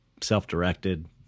self-directed